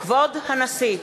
כבוד הנשיא!